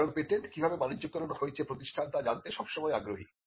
কারণ পেটেন্ট কিভাবে বাণিজ্যকরণ হয়েছে প্রতিষ্ঠান তা জানতে সব সময় আগ্রহী